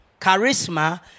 charisma